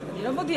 אני לא מודיעה.